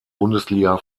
bundesliga